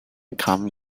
come